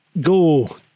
go